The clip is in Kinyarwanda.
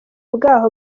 bwaho